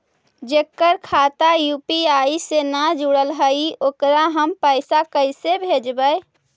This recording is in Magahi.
जेकर खाता यु.पी.आई से न जुटल हइ ओकरा हम पैसा कैसे भेजबइ?